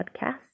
podcast